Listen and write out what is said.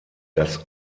das